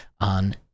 on